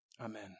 Amen